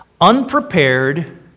unprepared